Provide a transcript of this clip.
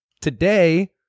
today